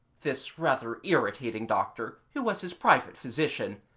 this rather irritating doctor, who was his private physician,